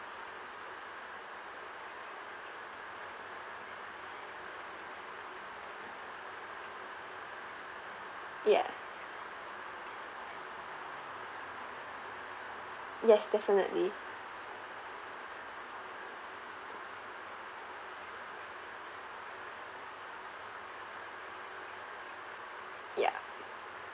ya yes definitely ya